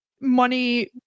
money